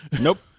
Nope